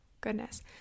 Goodness